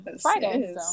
friday